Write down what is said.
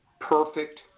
perfect